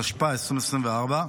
התשפ"ה 2024,